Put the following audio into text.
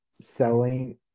selling